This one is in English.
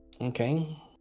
Okay